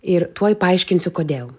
ir tuoj paaiškinsiu kodėl